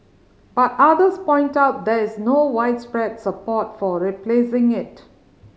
but others point out there is no widespread support for replacing it